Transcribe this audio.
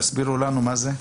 תסבירו לנו מה זה.